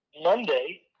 Monday